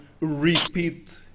repeat